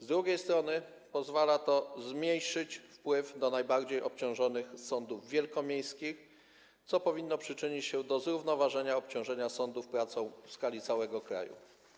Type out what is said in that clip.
Z drugiej strony pozwala to zmniejszyć wpływ do najbardziej obciążonych sądów wielkomiejskich, co powinno przyczynić się do zrównoważenia obciążenia sądów pracą w skali całego kraju.